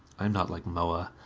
i am not like moa.